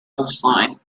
coastline